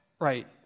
right